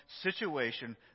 situation